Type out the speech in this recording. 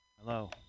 Hello